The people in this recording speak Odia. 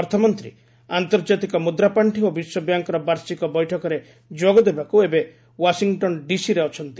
ଅର୍ଥମନ୍ତ୍ରୀ ଆନ୍ତର୍ଜାତିକ ମୁଦ୍ରାପାଣ୍ଡି ଓ ବିଶ୍ୱବ୍ୟାଙ୍କର ବାର୍ଷିକ ବୈଠକରେ ଯୋଗ ଦେବାକୁ ଏବେ ୱାଶିଂଟନ୍ ଡିସିରେ ଅଛନ୍ତି